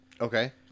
Okay